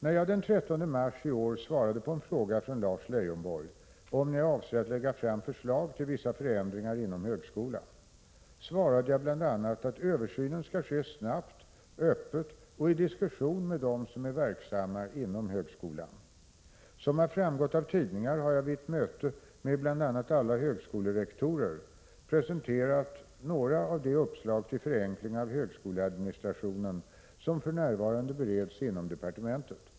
När jag den 13 mars i år svarade på en fråga från Lars Leijonborg om när jag avser att lägga fram förslag till vissa förändringar inom högskolan svarade jag bl.a. att översynen skall ske snabbt, öppet och i diskussion med dem som är verksamma inom högskolan. Som har framgått av tidningar har jag vid ett möte med bl.a. alla högskolerektorer presenterat några av de uppslag till förenkling av högskoleadministrationen som för närvarande bereds inom departementet.